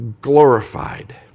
glorified